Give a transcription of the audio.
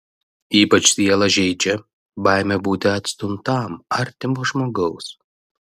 ypač sielą žeidžia baimė būti atstumtam artimo žmogaus